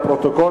לפרוטוקול,